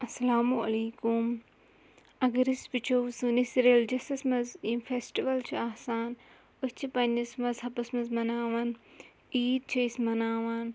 اَلسَلامُ علیکُم اگر أسۍ وُچھو سٲنِس ریٚلِجَسَس منٛز یِم فیٚسٹِوَل چھِ آسان أسۍ چھِ پننِس مذہَبَس منٛز مَناوان عیٖد چھِ أسۍ مَناوان